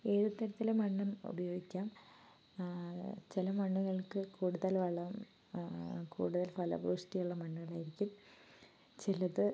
ഏതുതരത്തിലെ മണ്ണും ഉപയോഗിക്കാം ചെല മണ്ണുകൾക്ക് കൂടുതൽ വളം കൂടുതൽ ഫലഭൂയിഷ്ടിയുള്ള മണ്ണുകളായിരിക്കും ചിലത്